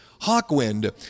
Hawkwind